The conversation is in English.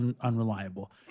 unreliable